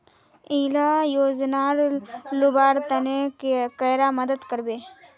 इला योजनार लुबार तने कैडा मदद करबे?